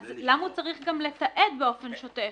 אז למה הוא צריך גם לתעד באופן שוטף?